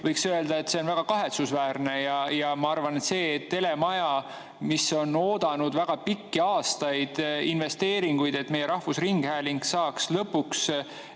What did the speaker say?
võiks öelda, et see on väga kahetsusväärne. Ma arvan, et see, et telemajale – mis on oodanud väga pikki aastaid investeeringuid, et meie rahvusringhääling jõuaks lõpuks